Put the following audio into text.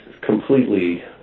completely